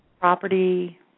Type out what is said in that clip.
property